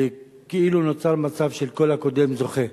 וכאילו נוצר מצב של כל הקודם זוכה.